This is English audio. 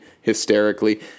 hysterically